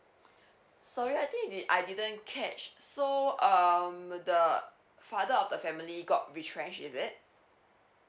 sorry I think I didn't catch so um the father of the family got retrench is it